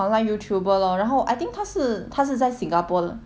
online youtuber lor 然后 I think 她是她是在 singapore